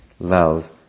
love